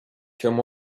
come